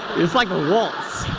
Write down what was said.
it's like a waltz.